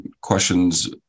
questions